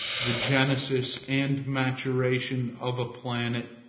the genesis and maturation of a planet,